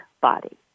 body